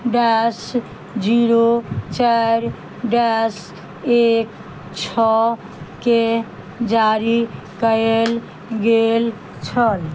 dash zero चारि dash एक छओ के जारी कयल गेल छल